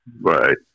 Right